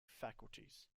faculties